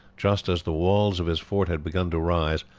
just as the walls of his fort had begun to rise,